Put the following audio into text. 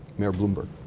mayor bloomberg.